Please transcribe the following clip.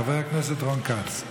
חבר הכנסת רון כץ,